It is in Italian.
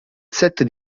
set